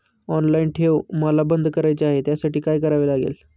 Online ठेव मला बंद करायची आहे, त्यासाठी काय करावे लागेल?